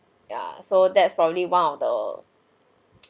ya so that's probably one of the